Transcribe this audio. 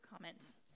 comments